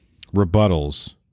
rebuttals